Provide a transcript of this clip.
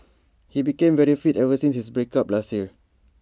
he became very fit ever since his break up last year